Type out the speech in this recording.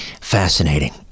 fascinating